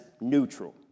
neutral